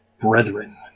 brethren